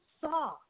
saw